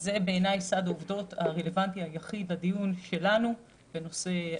זה בעיני סד העובדות הרלוונטי היחיד לדיון שלנו בנושא.